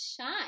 shine